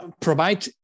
provide